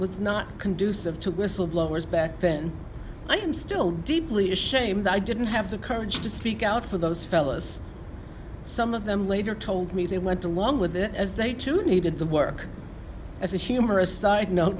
was not conducive to whistleblowers back then i am still deeply ashamed i didn't have the courage to speak out for those fellas some of them later told me they went along with it as they too needed to work as a humorous side note